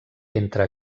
entre